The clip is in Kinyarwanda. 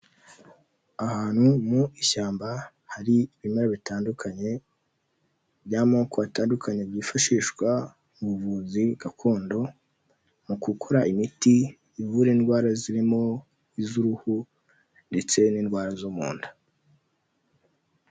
Ahantu mu ishyamba hari ibimera bitandukanye by'amoko atandukanye byifashishwa mu buvuzi gakondo, mu gukora imiti ivura indwara zirimo iz'uruhu ndetse n'indwara zo mu nda.